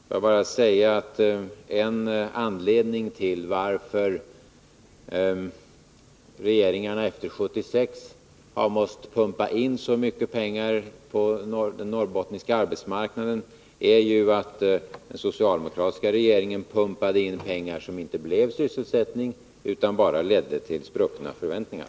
Får jag bara säga att en anledning till att regeringarna efter 1976 har måst pumpa in så mycket pengar på den norrbottniska arbetsmarknaden är att den socialdemokratiska regeringen pumpade in pengar som inte gav sysselsättning utan bara ledde till spruckna förväntningar.